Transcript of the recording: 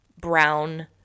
brown